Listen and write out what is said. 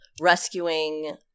rescuing